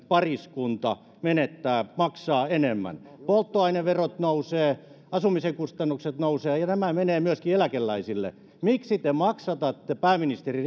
pariskunta menettää maksaa enemmän polttoaineverot nousevat asumisen kustannukset nousevat ja nämä menevät myöskin eläkeläisille miksi te maksatatte pääministeri